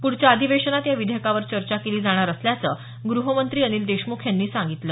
पुढच्या अधिवेशनात या विधेयकावर चर्चा केली जाणार असल्याचं गृहमंत्री अनिल देशमुख यांनी सांगितलं